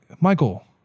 Michael